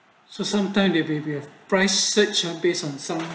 so sometime if if you have price search are based on some